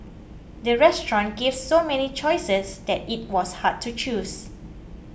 the restaurant gave so many choices that it was hard to choose